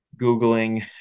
Googling